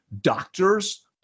doctors